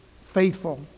faithful